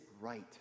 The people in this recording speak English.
right